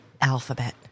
Alphabet